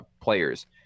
players